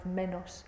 menos